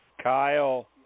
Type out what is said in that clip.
Kyle